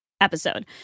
episode